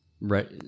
Right